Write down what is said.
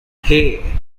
hey